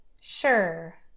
Sure